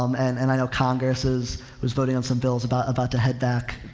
um and, and i know congress is, was voting on some bills about, about to head back